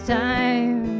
time